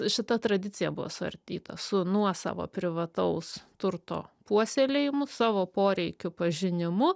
šita tradicija buvo suardyta su nuosavo privataus turto puoselėjimu savo poreikių pažinimu